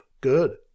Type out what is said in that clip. good